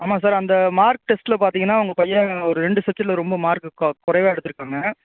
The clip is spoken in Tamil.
ஆமாம் சார் அந்த மார்க் டெஸ்ட்டில் பார்த்தீங்கன்னா உங்கள் பையன் ஒரு ரெண்டு சப்ஜெக்ட்டில் ரொம்ப மார்க்கு கு குறைவாக எடுத்துருக்காங்க